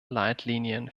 leitlinien